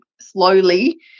slowly